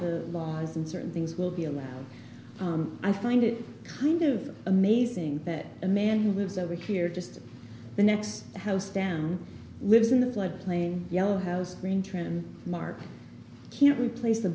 the laws and certain things will be allowed i find it kind of amazing that a man who lives over here just the next house down lives in the flood plain yellow house green trim mark can't replace